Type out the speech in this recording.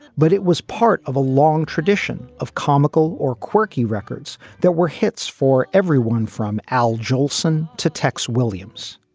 but it was part of a long tradition of comical or quirky records that were hits for everyone from al jolson to tex williams.